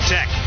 Tech